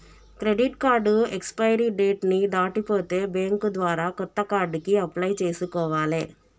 credit card expiry date ని దాటిపోతే bank ద్వారా కొత్త కార్డుకి అప్లై చేసుకోవాలే